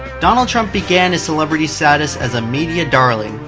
donald trump began his celebrity status as a media darling.